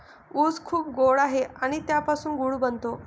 ऊस खूप गोड आहे आणि त्यापासून गूळ बनतो